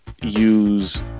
use